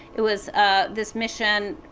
it was ah this mission